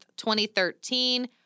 2013